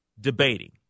debating